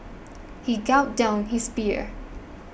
he gulped down his beer